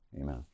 Amen